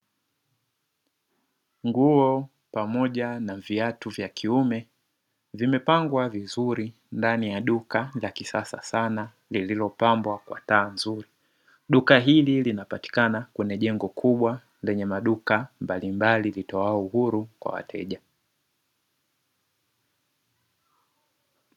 Nguo pamoja na viatu vya kiume vimepagwa vizuri ndani ya duka la kisasa sana lililo pambwa kwa taa nzuri duka hili linapatikana kwenye jengo kubwa lenye maduka mbalimbali litoalo uhuru kwa wateja.